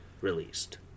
released